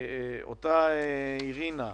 אותה אירינה,